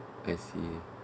I see